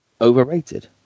Overrated